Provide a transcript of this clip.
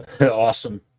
awesome